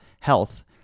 health